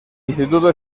instituto